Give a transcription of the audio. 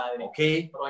okay